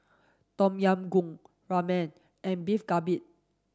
Tom Yam Goong Ramen and Beef Galbi